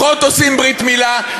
פחות עושים ברית מילה.